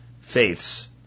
faiths